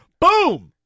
Boom